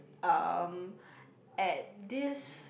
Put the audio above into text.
um at this